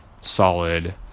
solid